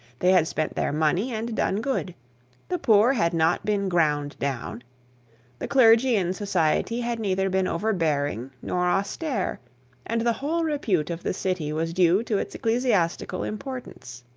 they had spent their money and done good the poor had not been ground down the clergy in society had neither been overbearing nor austere and the whole repute of the city was due to its ecclesiastical importance.